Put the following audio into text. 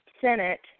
Senate